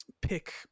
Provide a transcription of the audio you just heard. pick